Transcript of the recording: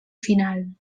final